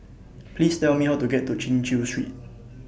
Please Tell Me How to get to Chin Chew Street